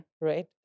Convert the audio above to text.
right